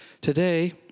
today